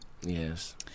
yes